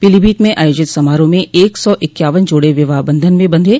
पीलीभीत में आयोजित समारोह में एक सौ इक्यावन जोड़े विवाह बंधन में बंधे